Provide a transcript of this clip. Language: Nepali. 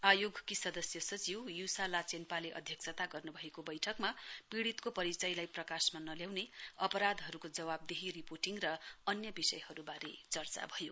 आयोगकी सदस्य सचिव य्सा लाचेनपाले अध्यक्षता गर्न् भएको बैठकमा पीडितको परिचयलाई प्रकाशमा नल्याउने अपराधहरूको जवावदेही रिपोर्टिङ र अन्य विषयहरूबारे चर्चा भयो